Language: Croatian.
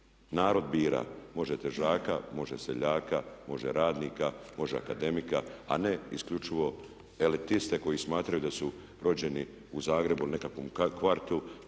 narod bira, može težaka, može seljaka, može radnika, može akademika, a ne isključivo elitiste koji smatraju da su rođeni u Zagrebu u nekakvom kvartu